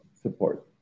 support